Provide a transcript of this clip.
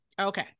Okay